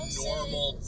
normal